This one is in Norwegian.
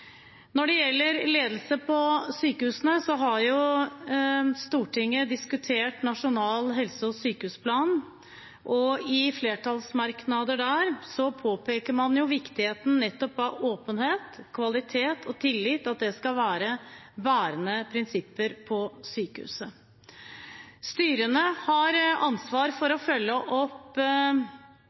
Når det gjelder ledelse i sykehusene, har Stortinget diskutert Nasjonal helse- og sykehusplan, og i flertallsmerknader i forbindelse med den påpeker man viktigheten av at nettopp åpenhet, kvalitet og tillit skal være bærende prinsipper i sykehusene. Styrene har ansvar for å følge opp